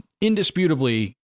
indisputably